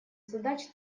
задач